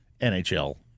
NHL